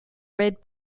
red